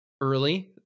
early